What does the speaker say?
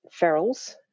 ferals